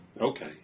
Okay